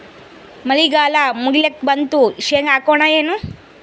ಮಳಿಗಾಲ ಮುಗಿಲಿಕ್ ಬಂತು, ಶೇಂಗಾ ಹಾಕೋಣ ಏನು?